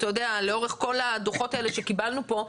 לאורך כל הדו"חות האלה שקיבלנו פה,